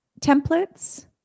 templates